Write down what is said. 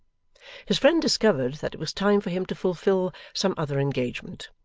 his friend discovered that it was time for him to fulfil some other engagement,